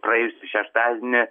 praėjusį šeštadienį